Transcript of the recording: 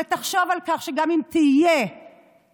ותחשוב על כך שגם אם תהיה אזעקה,